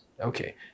Okay